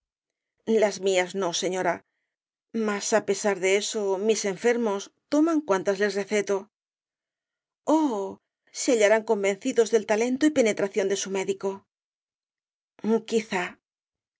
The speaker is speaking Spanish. las mías no señora mas á pesar de eso mis enfermos toman cuantas les receto oh se hallarán convencidos del talento y penetración de su médico quizá